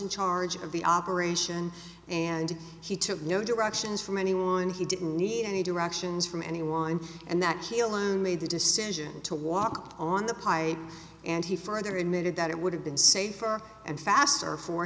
in charge of the operation and he took no directions from anyone he didn't need any directions from anyone and that killen made the decision to walk on the pi and he further admitted that it would have been safer and faster for